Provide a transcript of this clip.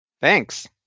Thanks